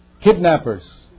kidnappers